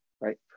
right